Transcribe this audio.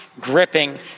gripping